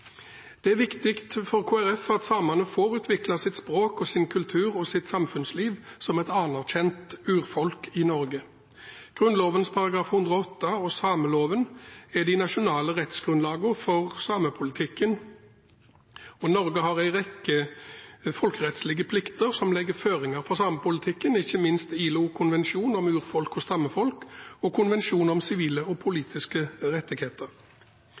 Det er viktig for Kristelig Folkeparti at samene får utvikle sitt språk, sin kultur og sitt samfunnsliv som et anerkjent urfolk i Norge. Grunnloven § 108 og sameloven er de nasjonale rettsgrunnlagene for samepolitikken. Norge har en rekke folkerettslige plikter som legger føringer for samepolitikken, ikke minst ILO-konvensjonen om urfolk og stammefolk og konvensjonen om sivile og politiske rettigheter.